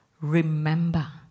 remember